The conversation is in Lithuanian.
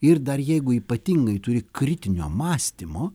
ir dar jeigu ypatingai turi kritinio mąstymo